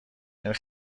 نرخ